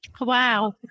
Wow